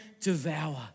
devour